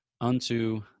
unto